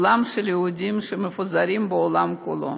יהודים מפוזרים בעולם כולו.